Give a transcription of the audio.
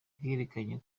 bwerekanye